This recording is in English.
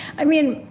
i mean,